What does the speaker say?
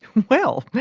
well,